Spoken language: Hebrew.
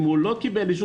אם הוא לא מקבל אישור,